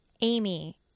Amy